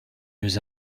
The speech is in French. nous